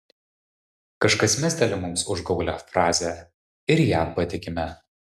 kažkas mesteli mums užgaulią frazę ir ja patikime